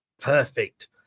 Perfect